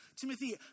Timothy